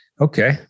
okay